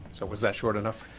so was that short enough?